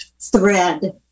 thread